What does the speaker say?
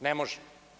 Ne može.